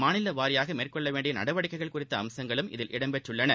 மாநிலவாரியாகமேற்கொள்ளவேண்டியநடவடிக்கைகள் குறித்தஅம்சங்களும் இதில் இடம்பெற்றுள்ளன